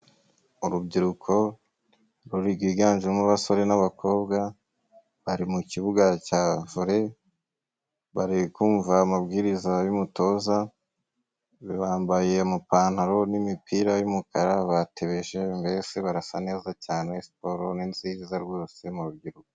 Urubyiruko rwiganjemo abasore n'abakobwa bari mu kibuga cya vole bariku amabwiriza y'umutoza. Bambaye amapantaro n'imipira y'umukara, batebeje, mbese barasa neza cyane, siporo ni nziza rwose mu rubyiruko.